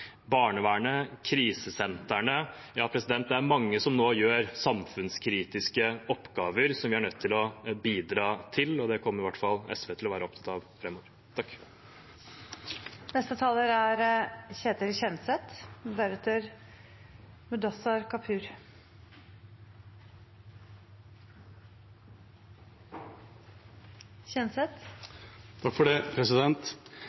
Barnevernet, krisesentrene – det er mange som nå gjør samfunnskritiske oppgaver som vi er nødt til å bidra til, og det kommer i hvert fall SV til å være opptatt av